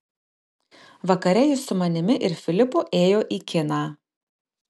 vakare jis su manimi ir filipu ėjo į kiną